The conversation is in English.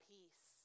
Peace